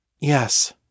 Yes